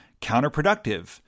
counterproductive